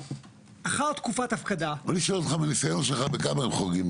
אחרי תקופת ההפקדה --- אני שואל אותך מהניסיון שלך בכמה הם חורגים?